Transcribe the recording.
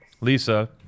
Lisa